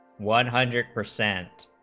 one hundred percent